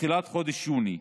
בתחילת חודש יוני.